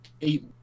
eight